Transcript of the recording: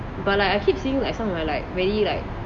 but like I keep seeing like some of like very like